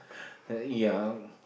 ya